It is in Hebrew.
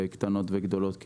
קטנות וגדולות כאחד.